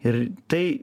ir tai